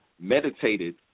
meditated